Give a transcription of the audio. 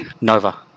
Nova